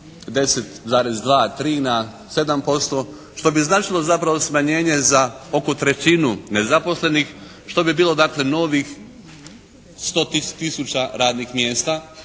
10,3 na 7% što bi značilo zapravo smanjenje za oko trećinu nezaposlenih što bi bilo dakle novih 100 tisuća radnih mjesta.